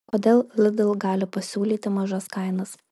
kodėl lidl gali pasiūlyti mažas kainas